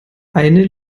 eine